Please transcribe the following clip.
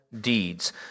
deeds